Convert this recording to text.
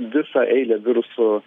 visą eilę virusų